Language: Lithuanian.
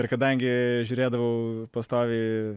ir kadangi žiūrėdavau pastoviai